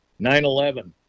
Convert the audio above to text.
9-11